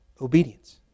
obedience